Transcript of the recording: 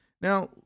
Now